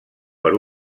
per